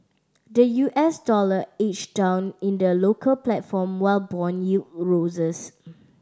the U S dollar edged down in the local platform while bond yield roses